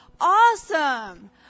Awesome